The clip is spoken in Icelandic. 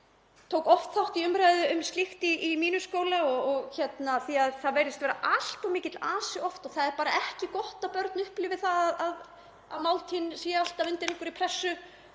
tók oft þátt í umræðu um slíkt í mínum skóla og því að það virðist vera allt of mikill asi oft. Það er ekki gott að börn upplifi það að máltíðin sé alltaf undir einhverri pressu,